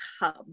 Hub